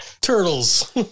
Turtles